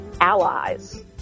allies